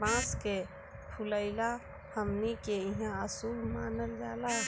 बांस के फुलाइल हमनी के इहां अशुभ मानल जाला